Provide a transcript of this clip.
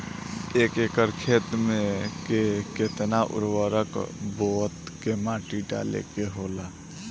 एक एकड़ खेत में के केतना उर्वरक बोअत के माटी डाले के होला?